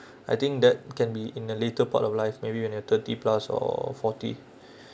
I think that can be in the later part of life maybe when you're twenty plus or forty